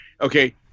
okay